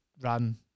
run